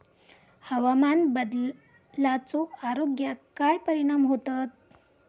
हवामान बदलाचो आरोग्याक काय परिणाम होतत?